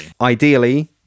Ideally